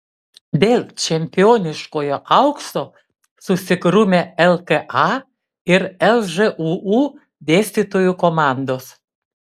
dėl čempioniškojo aukso susigrūmė lka ir lžūu dėstytojų komandos